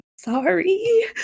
Sorry